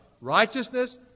Righteousness